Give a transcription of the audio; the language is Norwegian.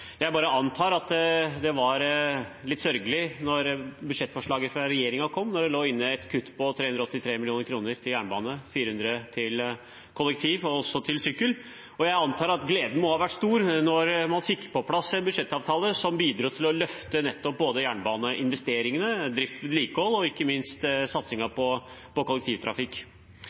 antar at det var litt sørgelig da budsjettforslaget fra regjeringen kom og det lå inne et kutt på 383 mill. kr til jernbane og 400 mill. kr til kollektiv og sykkel. Jeg antar at gleden må ha vært stor da man fikk på plass en budsjettavtale som bidro til å løfte både jernbaneinvesteringene, drift og vedlikehold og ikke minst satsingen på kollektivtrafikk.